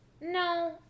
no